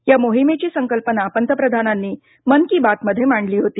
ह्या मोहिमेची संकल्पना पंतप्रधानांनी मन की बात मध्ये मांडली होती